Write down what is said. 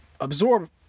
absorb